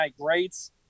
greats